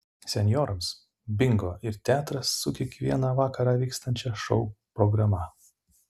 senjorams bingo ir teatras su kiekvieną vakarą vykstančia šou programa